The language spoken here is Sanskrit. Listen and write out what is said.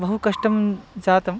बहु कष्टं जातम्